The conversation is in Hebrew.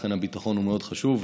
ולכן הביטחון מאוד חשוב,